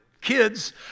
kids